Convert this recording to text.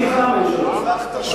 אני אגיד לך למה אין שלום.